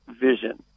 vision